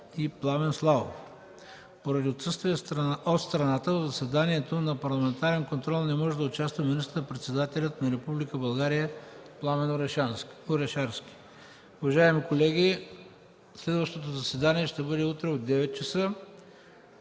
Пламен Славов. Поради отсъствие от страната в заседанието за парламентарен контрол не може да участва министър-председателят на Република България Пламен Орешарски. Уважаеми колеги, следващото заседание ще бъде утре от 9,00 ч.